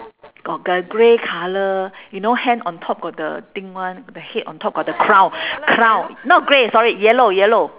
got the grey colour you know hen on top got the thing [one] the head on top got the crown crown not grey sorry yellow yellow